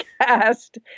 cast